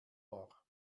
war